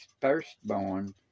firstborn